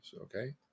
Okay